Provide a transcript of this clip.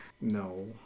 No